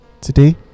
today